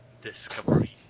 Discovery